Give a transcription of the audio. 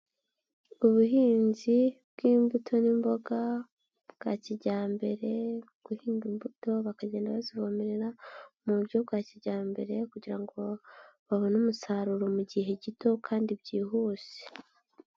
Ubuhinzi bw'imbuto n'imboga bwa kijyambere, guhinga imbuto bakagenda bazivomerera muburyo bwa kijyambere kugira ngo babone umusaruro mu gihe gito kandi byihuse.